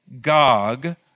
Gog